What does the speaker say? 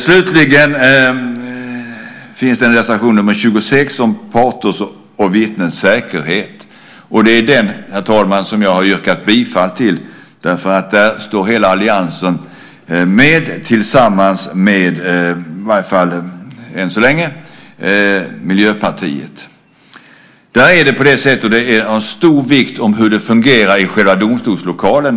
Slutligen finns det en reservation, nr 26, om parters och vittnens säkerhet. Det är den, herr talman, som jag har yrkat bifall till. Där står nämligen hela alliansen med, tillsammans med - i varje fall än så länge - Miljöpartiet. Det är av stor vikt hur det fungerar i själva domstolslokalen.